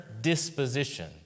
disposition